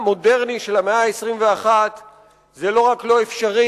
מודרני של המאה ה-21 זה לא רק לא אפשרי,